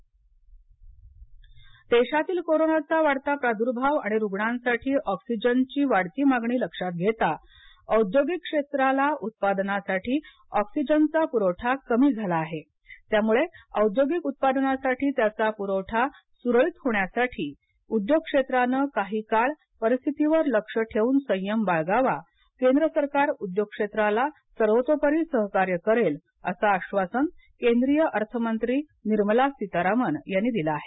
FICCI देशातील कोरोनाचा वाढता प्रादुर्भाव आणि रुग्णांसाठी ऑक्सिजन ची वाढती मागणी लक्षात घेता औद्योगिक क्षेत्राला उत्पादनासाठी ऑक्सिजनचा पुरवठा कमी झाला आहे त्यामुळे औद्योगिक उत्पादनासाठी त्याचा पुरवठा सुरळीत होण्यासाठी उद्योग क्षेत्राने काही काळ परिस्थितीवर लक्ष ठेवून संयम बाळगावा केंद्र सरकार उद्योग क्षेत्राला सर्वतोपरी सहकार्य करेल असं आश्वासन केंद्रीय अर्थमंत्री निर्मला सीतारामन यांनी दिल आहे